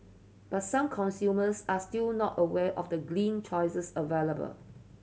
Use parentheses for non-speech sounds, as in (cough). but some consumers are still not aware of the (unintelligible) choices available